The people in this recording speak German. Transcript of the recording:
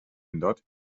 ändert